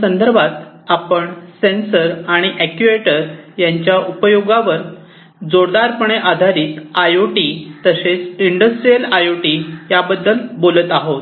संदर्भात आपण सेन्सर आणि अक्टुएटर यांच्या उपयोगावर जोरदार पणे आधारित आय ओ टी तसेच इंडस्ट्रियल आय ओ टी याबद्दल बोलत आहोत